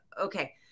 okay